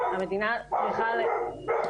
תפעילי את המיקרופון אצלך.